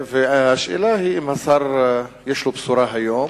והשאלה היא אם השר יש לו בשורה היום